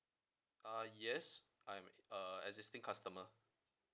uh yes I'm e~ uh existing customer